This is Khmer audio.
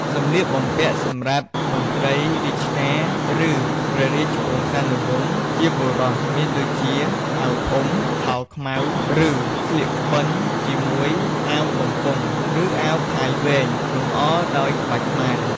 សម្លៀកបំពាក់សម្រាប់មន្រ្តីរាជការ ឬព្រះរាជវង្សានុវង្សជាបុរសមានដូចជា អាវធំ ខោខ្មៅ ឬ ស្លៀកក្បិនជាមួយអាវបំពង់ ឬអាវផាយវែង លម្អដោយក្បាច់ខ្មែរ។